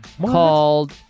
called